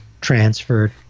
transferred